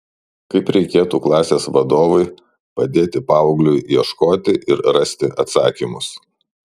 kaip reikėtų klasės vadovui padėti paaugliui ieškoti ir rasti atsakymus